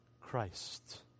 Christ